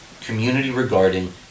community-regarding